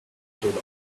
through